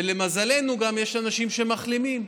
ולמזלנו יש גם אנשים שמחלימים.